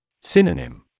Synonym